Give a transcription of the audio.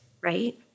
right